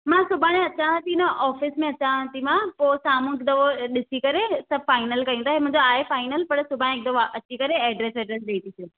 मां सुभाणे अचांव थी न ऑफिस में अचांव थी मां पोइ साम्हूं हिकु दफ़ो ॾिसी करे सभु फाइनल कयूं था इहे मुंहिंजो आहे फाइनल पर सुभाणे हिकु दफ़ा अची करे एड्रैस वैड्रेस ॾेई थी छ्ॾा